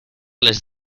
les